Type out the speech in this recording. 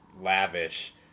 lavish